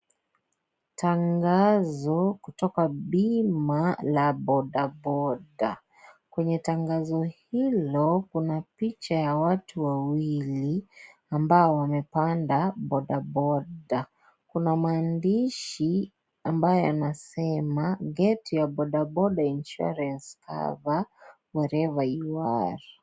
Tangazo kutoka pima ya la bodaboda. Kwenye tangazo hilo Kuna picha ya watu wawili ambao wamepanda bodaboda . Kuna maandishi ambayo yanasema get your bodaboda insurance cover wherever you are .